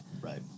Right